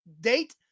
date